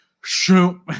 shoot